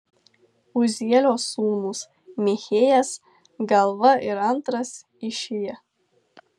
uzielio sūnūs michėjas galva ir antras išija